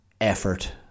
effort